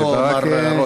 תיחנק אתו, מר רותם.